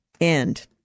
end